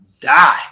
die